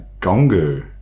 Gongu